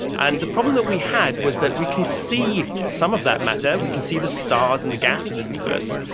and the problem that we had was that we can see some of that matter, we can see the stars and the gas in the universe,